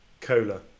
Cola